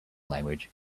language